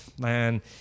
man